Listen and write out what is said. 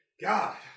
God